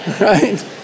right